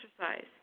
exercise